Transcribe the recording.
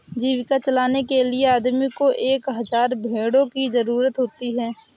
जीविका चलाने के लिए आदमी को एक हज़ार भेड़ों की जरूरत होती है